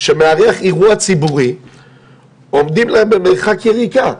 שמארח אירוע ציבורי עומדים להם במרחק יריקה,